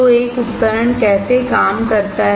तो एक उपकरण कैसे काम करता है